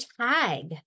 tag